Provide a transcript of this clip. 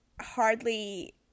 hardly